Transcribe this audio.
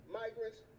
migrants